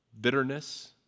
bitterness